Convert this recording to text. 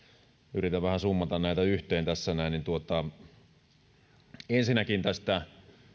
yritän vähän summata näitä yhteen tässä ensinnäkin